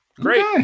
Great